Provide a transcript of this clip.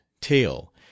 tail